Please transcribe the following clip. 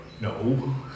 no